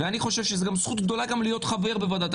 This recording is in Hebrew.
וולונטרי